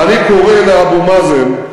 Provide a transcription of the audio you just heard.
ואני קורא לאבו מאזן,